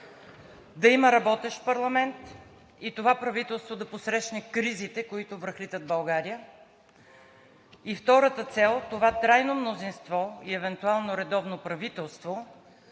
да има работещ парламент и това правителство да посрещне кризите, които връхлитат България; и втората цел е това трайно мнозинство и евентуално редовно правителство